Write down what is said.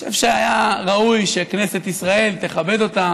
אני חושב שהיה ראוי שכנסת ישראל תכבד אותה